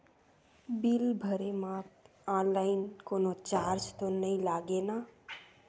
Bill भरे मा online कोनो चार्ज तो नई लागे ना?